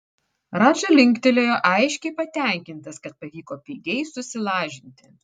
radža linktelėjo aiškiai patenkintas kad pavyko pigiai susilažinti